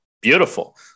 Beautiful